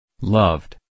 loved